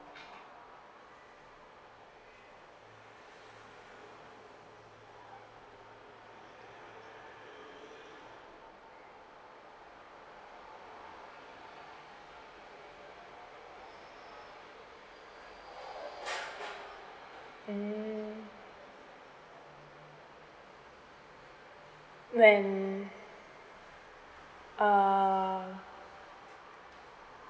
mm when uh